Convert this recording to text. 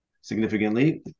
significantly